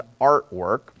artwork